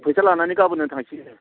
फैसा लानानौ गाबोन्नो थांसिगोन